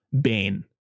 Bane